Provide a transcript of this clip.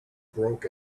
broke